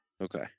Okay